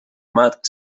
matt